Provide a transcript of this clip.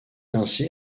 ainsi